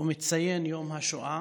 ומציין את יום השואה,